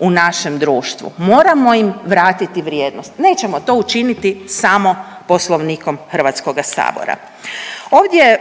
u našem društvu. Moramo im vratiti vrijednosti, nećemo to učiniti samo Poslovnikom Hrvatskoga sabora. Ovdje